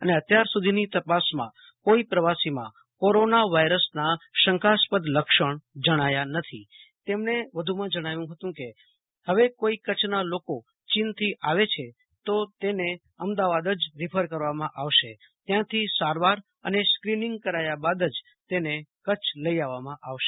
અને અત્યાર સુધીની તેપાસમાં કોઈ પ્રવાસીમાં કોરોના વાયરસનાં શંકાસ્પદ લક્ષણ જણાવ્યા નથી તેમણે વધુમાં જણાવ્યું ફતું કે ફવે કોઈ કરછના લોકો ચીન થી આવ છે તો તેને અંમદાવાદ જ રીફર કરવામાં આવશે ત્યાંથી સારવાર અને સ્કીનીંગ કરાયા બાદ જ તેને કરછ લઇ આવવામાં આવશે